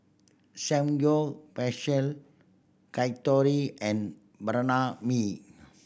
Samgeyopsal Yakitori and Mi